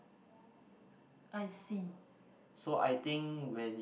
so I think when